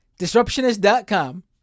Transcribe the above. Disruptionist.com